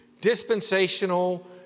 dispensational